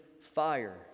fire